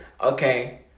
Okay